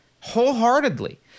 wholeheartedly